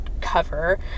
cover